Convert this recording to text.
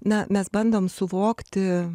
na mes bandom suvokti